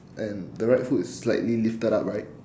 and the right foot is slightly lifted up right